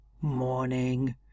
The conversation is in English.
Morning